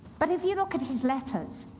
but if you look at his letters,